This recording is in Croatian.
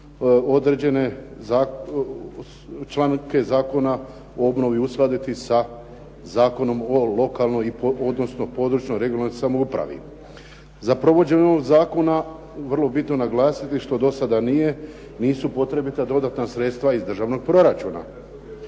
određene članke Zakona o obnovi uskladiti sa Zakonom o lokalnoj, odnosno područnoj (regionalnoj) samoupravi. Za provođenje ovog zakona vrlo bitno je naglasiti što do sada nije, nisu potrebita dodatna sredstva iz državnog proračuna.